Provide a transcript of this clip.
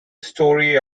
story